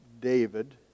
David